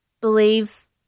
believes